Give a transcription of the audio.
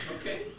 Okay